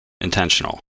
intentional